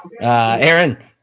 Aaron